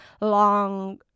long